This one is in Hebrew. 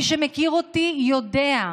ומי שמכיר אותי יודע,